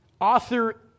author